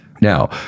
Now